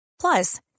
Plus